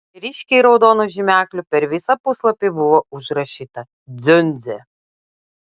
ryškiai raudonu žymekliu per visą puslapį buvo užrašyta dziundzė